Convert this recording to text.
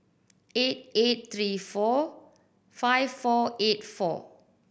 eight eight three four five four eight four